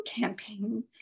campaign